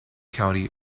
county